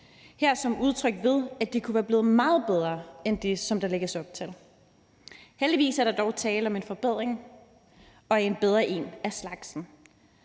her udtrykt ved, at det kunne være blevet meget bedre end det, som der lægges op til. Heldigvis er der dog tale om en forbedring og en bedre en af slagsen.